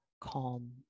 calm